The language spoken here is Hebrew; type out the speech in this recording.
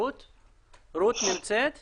כהמשך לאותה תכנית פרטנית,